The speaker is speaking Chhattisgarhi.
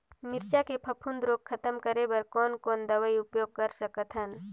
मिरचा के फफूंद रोग खतम करे बर कौन कौन दवई उपयोग कर सकत हन?